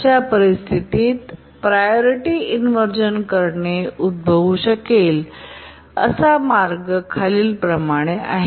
अशा परिस्थितीत priority inversion करणे उद्भवू शकेल असा मार्ग खालीलप्रमाणे आहे